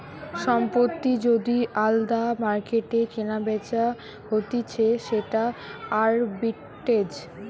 সম্পত্তি যদি আলদা মার্কেটে কেনাবেচা হতিছে সেটা আরবিট্রেজ